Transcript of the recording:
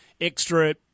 extra